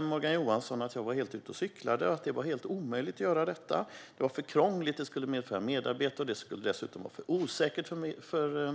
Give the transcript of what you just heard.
Morgan Johansson konstaterade då att jag var helt ute och cyklade och att det var helt omöjligt att göra detta. Det var för krångligt, skulle medföra merarbete och dessutom vara för osäkert för